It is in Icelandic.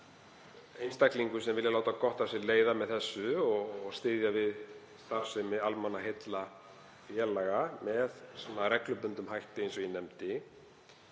einstaklingum sem vilja láta gott af sér leiða með þessu og styðja við starfsemi almannaheillafélaga með reglubundnum hætti, eins og ég nefndi,